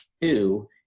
two